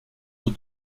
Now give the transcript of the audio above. eaux